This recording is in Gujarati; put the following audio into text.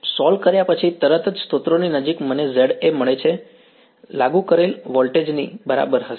સોલ્વ કર્યા પછી તરત જ સ્ત્રોતની નજીક મને Za મળશે જે લાગુ કરેલ વોલ્ટેજ ની બરાબર હશે